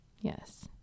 Yes